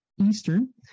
Eastern